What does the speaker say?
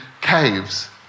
caves